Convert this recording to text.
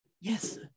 Yes